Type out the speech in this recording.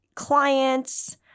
clients